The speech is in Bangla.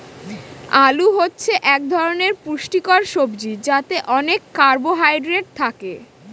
আলু হচ্ছে এক ধরনের পুষ্টিকর সবজি যাতে অনেক কার্বহাইড্রেট থাকে